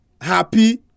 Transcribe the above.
happy